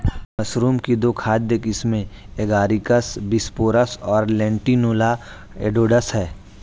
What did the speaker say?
mushroom की दो खाद्य किस्में एगारिकस बिस्पोरस और लेंटिनुला एडोडस है